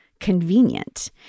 convenient